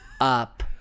up